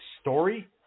story